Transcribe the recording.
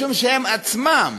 משום שהם עצמם